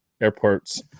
airports